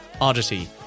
oddity